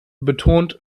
betont